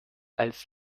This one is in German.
als